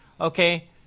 okay